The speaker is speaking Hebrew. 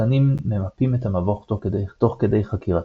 השחקנים ממפים את המבוך תוך כדי חקירתו.